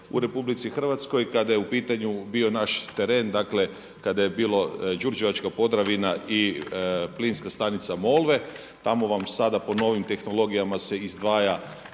u RH kada je bio u pitanju naš teren, dakle kada je bila Đurđevačka Podravina i Plinska stanica MOlve. Tamo vam sada po novim tehnologijama se izdvaja